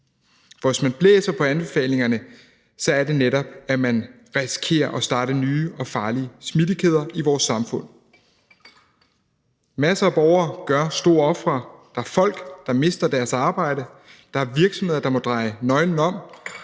For hvis man blæser på anbefalingerne, er det netop, at man risikerer at starte nye og farlige smittekæder i vores samfund. Masser af borgere gør store ofre. Der er folk, der mister deres arbejde; der er virksomheder, der må dreje nøglen om;